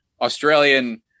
Australian